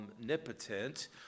omnipotent